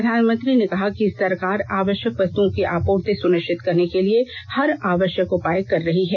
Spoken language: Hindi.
प्रधानमंत्री ने कहा कि सरकार आवश्यक वस्तुओं की आपूर्ति सुनिश्चित रखने के लिए हर आवश्यक उपाय कर रही है